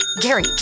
Gary